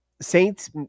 Saints